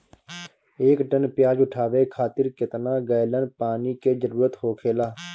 एक टन प्याज उठावे खातिर केतना गैलन पानी के जरूरत होखेला?